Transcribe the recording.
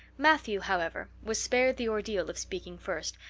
matthew, however, was spared the ordeal of speaking first,